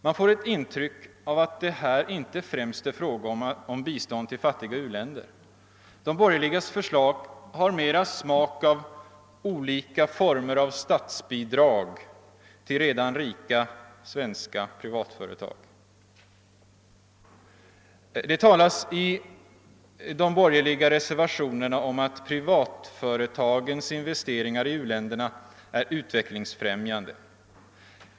Man får ett intryck av att det här inte främst är fråga om bistånd till fattiga u-länder. De borgerligas förslag har mera smak av olika former av statsbidrag till redan rika svenska privatföretag. I de borgerliga reservationerna talas det om att privatföretagens investeringar i u-länderna är utvecklingsfrämjande.